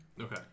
Okay